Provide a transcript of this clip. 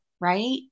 Right